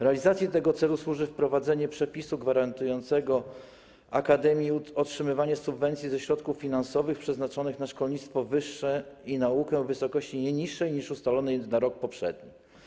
Realizacji tego celu służy wprowadzenie przepisu gwarantującego akademii otrzymywanie subwencji ze środków finansowych przeznaczonych na szkolnictwo wyższe i naukę w wysokości nie niższej niż ustalonej na rok poprzedni.